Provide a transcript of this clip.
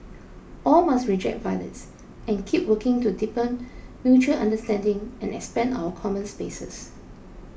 all must reject violence and keep working to deepen mutual understanding and expand our common spaces